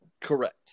Correct